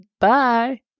Bye